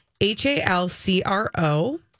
H-A-L-C-R-O